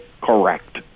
correct